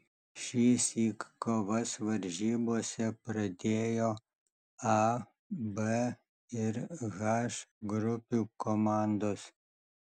šįsyk kovas varžybose pradėjo a b ir h grupių komandos